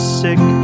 sick